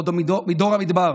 עוד מדור המדבר